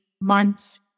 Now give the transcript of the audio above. months